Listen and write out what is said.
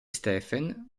stephen